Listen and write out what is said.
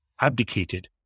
abdicated